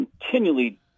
continually